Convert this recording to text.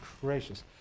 gracious